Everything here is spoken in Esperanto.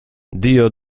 dio